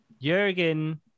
Jurgen